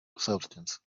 substance